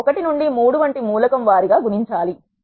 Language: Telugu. ఇది 1 నుండి 3 వంటి మూలకం వారీగా గుణించాలి